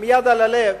עם יד על הלב,